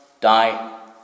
die